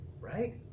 right